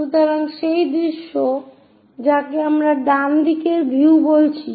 সুতরাং সেই দৃশ্য যাকে আমরা ডান দিকের ভিউ বলছি